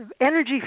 energy